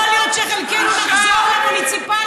יכול להיות שחלקנו נחזור למוניציפלי,